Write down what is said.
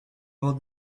old